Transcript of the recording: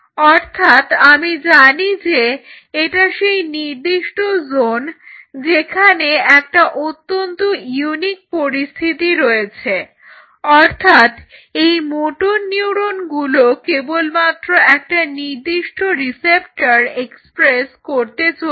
অর্থাৎ আমি জানি যে এটা সেই নির্দিষ্ট জোন যেখানে একটা অত্যন্ত ইউনিক পরিস্থিতি রয়েছে অর্থাৎ এই মোটর নিউরনগুলো কেবলমাত্র একটা নির্দিষ্ট রিসেপ্টর এক্সপ্রেস করতে চলেছে